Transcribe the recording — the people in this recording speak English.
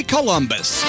Columbus